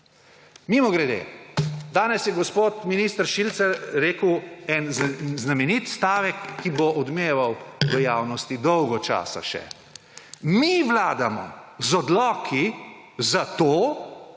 Mimogrede danes je gospod minister Šircelj rekel eden znameniti stavek, ki bo odmeval v javnosti dolgo časa še. Mi vladamo z odloki zato,